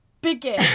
begin